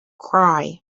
cry